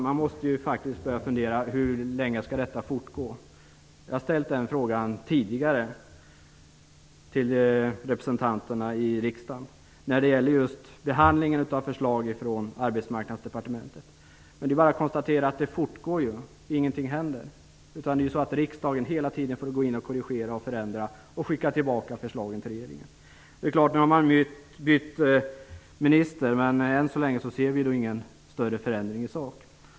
Man måste börja fundera över hur länge detta skall fortgå. Jag har ställt den frågan tidigare till representanterna i riksdagen när det gäller behandlingen av förslag från just Arbetsmarknadsdepartementet. Det är bara att konstatera att det fortgår. Ingenting händer. Riksdagen får gång på gång korrigera och förändra och skicka tillbaka förslag till regeringen. Nu har man visserligen bytt minister. Än så länge ser vi dock ingen större förändring i sak.